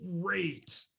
great